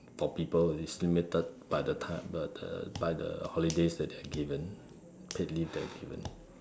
for people it's limited by the time the the by the holidays that are given paid leave they are given